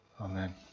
Amen